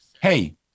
hey